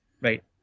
Right